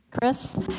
Chris